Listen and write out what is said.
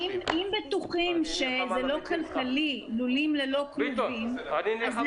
אם בטוחים שלולים ללא כלובים זה לא